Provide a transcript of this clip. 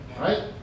Right